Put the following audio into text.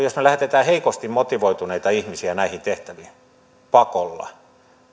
jos me lähetämme heikosti motivoituneita ihmisiä näihin tehtäviin pakolla